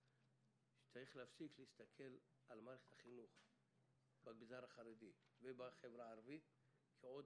שצריך להפסיק להסתכל על מערכת החינוך במגזר החרדי ובחברה החרדית כעוד